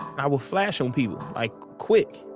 i would flash on people, like quick.